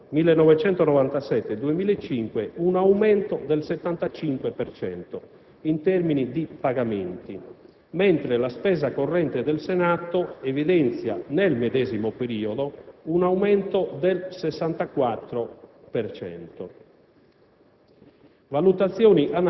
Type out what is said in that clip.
registra nel periodo 1997-2005 un aumento del 75 per cento, in termini di pagamenti, mentre la spesa corrente del Senato evidenzia, nel medesimo periodo, un aumento del 64